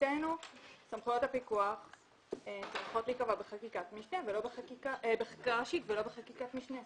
מבחינתנו סמכויות הפיקוח צריכות להיקבע בחקיקה ראשית ולא בחקיקת משנה.